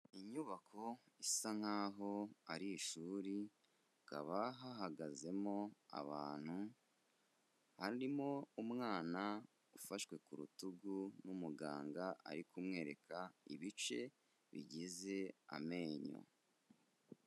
Inyubako isa nk'aho ari ishuri, hakaba hahagazemo abantu, harimo umwana ufashwe ku rutugu n'umuganga, ari kumwereka ibice bigize amenyo.